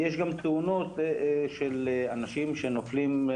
יש גם תאונות של אנשים שנופלים.